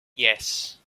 yes